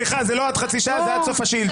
סליחה, זה לא עד חצי שעה, זה עד סוף השאילתות.